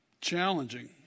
challenging